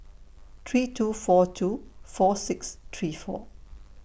three two four two four six three four